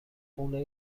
خونه